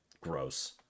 gross